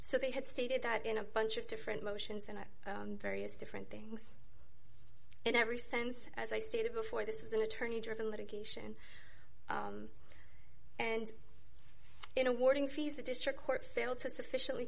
so they had stated that in a bunch of different motions and various different things in every sense as i stated before this was an attorney driven litigation and in awarding fees the district court failed to suffici